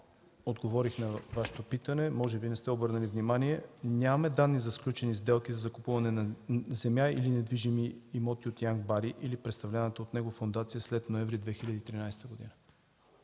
относно Вашето питане. Може би не сте обърнали внимание – нямаме данни за сключени сделки за закупуване на земя или недвижими имоти от Янк Бари или представляваната от него фондация след месец ноември 2013 г.